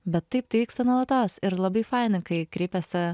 bet taip tai vyksta nuolatos ir labai faina kai kreipiasi